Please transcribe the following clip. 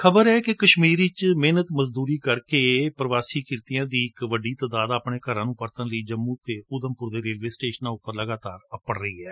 ਖ਼ਬਰ ਏ ਕਿ ਕਸ਼ਮੀਰ ਵਿਚ ਮਿਹਨਤ ਮਜ਼ਦੂਰੀ ਕਰਦੇ ਪ੍ਰਵਾਸੀ ਕਿਰਤੀਆਂ ਦੀ ਇਕ ਵੱਡੀ ਤਾਦਾਦ ਆਪਣੇ ਘਰਾਂ ਨ੍ਰੰ ਪਰਤਣ ਲਈ ਜੰਮੁ ਅਤੇ ਉਦੇਪੁਰ ਦੇ ਰੇਲਵੇ ਸਟੇਸ਼ਨਾਂ ਉਪਰ ਅੱਪੜ ਰਹੀ ਏ